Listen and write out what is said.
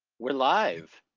we're live.